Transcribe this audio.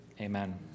Amen